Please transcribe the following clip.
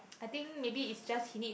I think maybe is just he need